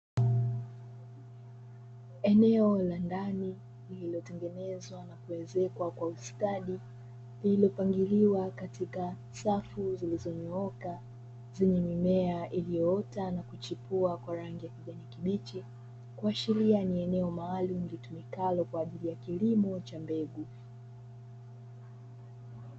Eneo la ndani lililo ezekwa lililopangiliwa kwa mpangilio wa katika safu zilizonyooka ni mimea iliyoota na kuchipua kwa rangi ya kudhibiti kuashiria ni eneo maalumu lilitumikalo kwa ajili ya kilimo cha mbegu.